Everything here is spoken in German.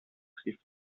trifft